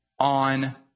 on